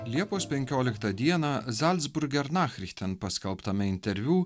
liepos penkioliktą dieną zalcburge erna paskelbtame interviu